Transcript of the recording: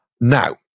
Now